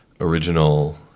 original